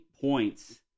points